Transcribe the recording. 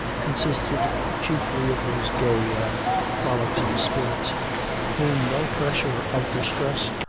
consisted chiefly of those gay and frolicsome spirits whom no pressure of distress,